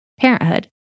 parenthood